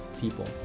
people